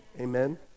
Amen